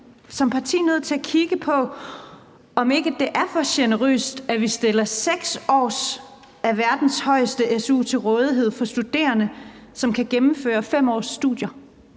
man nødt til at kigge på, om ikke det er for generøst, at vi i 6 år stiller verdens højeste su til rådighed for studerende, som kan gennemføre studierne